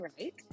right